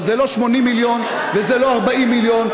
וזה לא 80 מיליון ולא 40 מיליון,